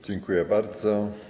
Dziękuję bardzo.